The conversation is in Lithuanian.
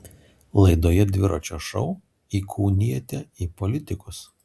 laidoje dviračio šou įkūnijate į politikus